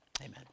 Amen